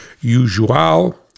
usual